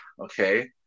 okay